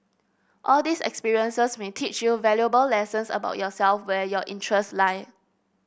all these experiences may teach you valuable lessons about yourself and where your interests lie